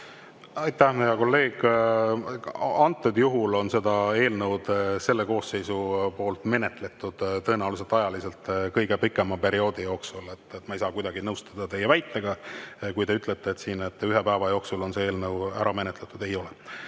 Aitäh, hea kolleeg! Antud juhul on seda eelnõu see koosseis menetlenud tõenäoliselt ajaliselt kõige pikema perioodi jooksul. Ma ei saa kuidagi nõustuda teie väitega, kui te ütlete, et see eelnõu on siin ühe päeva jooksul ära menetletud. Ei ole.